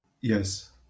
yes